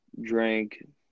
drank